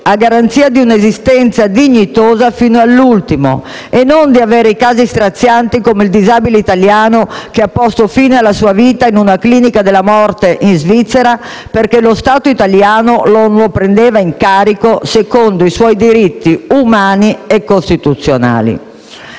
a garanzia di un'esistenza dignitosa fino all'ultimo e non di avere i casi strazianti, come quello del disabile italiano che ha posto fine alla sua vita in una clinica della morte in Svizzera perché lo Stato italiano non lo prendeva in carico secondo i suoi diritti umani e costituzionali.